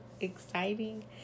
exciting